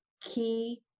key